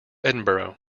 edinburgh